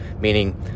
meaning